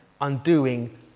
undoing